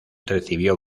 recibió